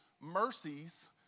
Mercies